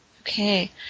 Okay